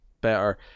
better